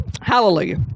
hallelujah